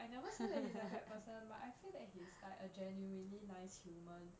I never say that he's a bad person but I feel like he's a genuinely nice human